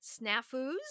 snafus